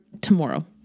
tomorrow